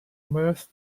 mirth